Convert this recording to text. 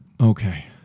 Okay